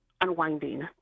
unwinding